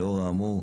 לאור האמור,